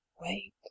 Wait